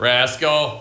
Rascal